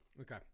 Okay